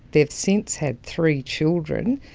they have since had three children.